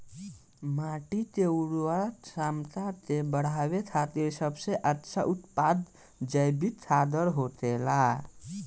माटी के उर्वरक क्षमता के बड़ावे खातिर सबसे अच्छा उत्पाद जैविक खादर होखेला